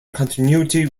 continuity